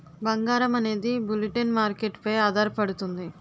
బంగారం అనేది bulletin market పై ఆధారపడుతుంది